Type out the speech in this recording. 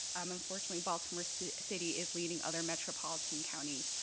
um unfortunately baltimore city city is leading other metropolitan counties.